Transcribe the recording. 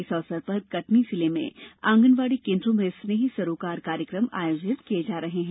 इस अवसर पर कटनी जिले में आंगनवाड़ी केन्द्रों में स्नेह सरोकार कार्यक्रम आयोजित किये जा रहे हैं